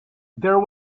there